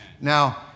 Now